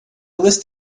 list